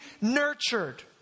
nurtured